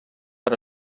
per